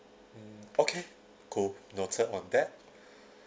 mm okay cool noted on that